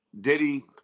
Diddy